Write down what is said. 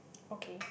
okay